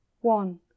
One